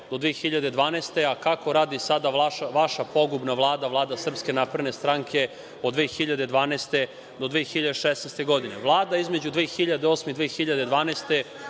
godine, a kako radi sada vaša pogubna Vlada, Vlada Srpske napredne stranke od 2012. do 2016. godine. Vlada između 2008. i 2012.